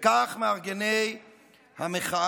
וכך מארגני המחאה